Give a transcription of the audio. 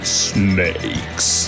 snakes